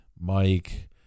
Mike